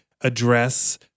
address